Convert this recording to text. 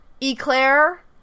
Eclair